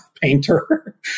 painter